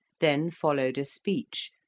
then followed a speech,